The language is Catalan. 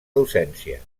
docència